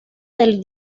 del